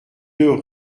deux